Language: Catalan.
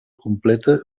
completa